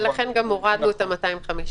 ולכן גם הורדנו את ה-250.